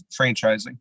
franchising